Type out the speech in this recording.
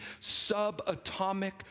subatomic